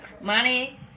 money